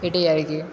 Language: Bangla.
এটাই আর কি